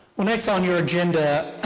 well next on your agenda,